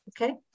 okay